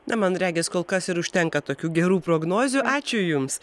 na man regis kol kas ir užtenka tokių gerų prognozių ačiū jums